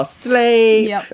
sleep